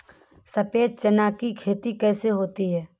सफेद चना की खेती कैसे होती है?